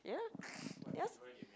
ya yes